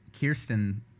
Kirsten